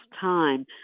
time